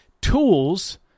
tools